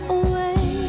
away